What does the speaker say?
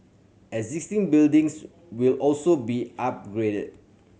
existing buildings will also be upgraded